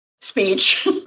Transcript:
speech